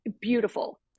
Beautiful